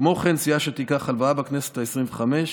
כמו כן, סיעה שתיקח הלוואה בכנסת העשרים-וחמש,